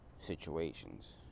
situations